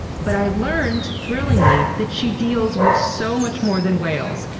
but i learned, thrillingly, that she deals with so much more than whales.